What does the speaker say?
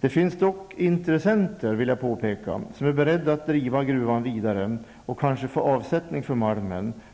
dock finns intressenter som är beredda att driva gruvan vidare och kanske få avsättning för malmen.